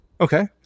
Okay